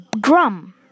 drum